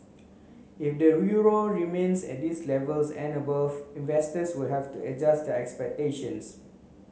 if the euro remains at these levels and above investors will have to adjust their expectations